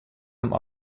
him